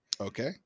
Okay